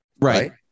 Right